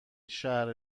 شرح